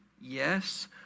Yes